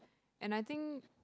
and I think